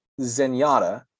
Zenyatta